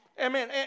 Amen